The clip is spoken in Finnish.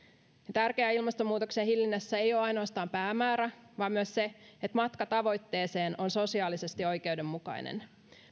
tärkeää ilmastonmuutoksen hillinnässä ei ole ainoastaan päämäärä vaan myös se että matka tavoitteeseen on sosiaalisesti oikeudenmukainen